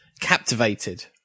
captivated